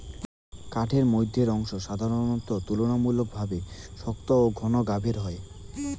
কাঠের মইধ্যের অংশ সাধারণত তুলনামূলকভাবে শক্ত ও ঘন গাবের হয়